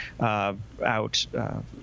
out